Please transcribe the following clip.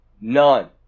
None